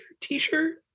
t-shirt